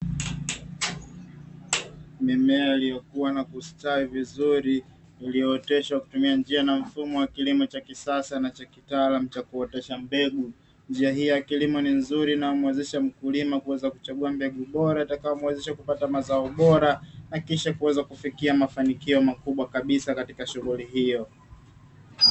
Mimea iliyokua na kustawi vizuri, iliyooteshwa kwa kutumia njia na mfumo wa kilimo cha kisasa na cha kitaalamu cha kuotesha mbegu. Njia hii ya kilimo ni nzuri, inayomuwezesha mkulima kuweza kuchagua mbegu bora itakayo muwezesha kupata mazao bora na kisha kuweza kufikia mafanikio makubwa kabisa katika shughuli hiyo.